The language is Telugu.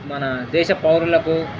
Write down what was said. మన దేశ పౌరులకు